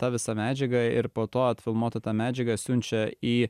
tą visą medžiagą ir po to vat filmuotą tą medžiagą siunčia į